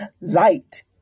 light